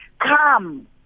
come